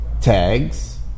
tags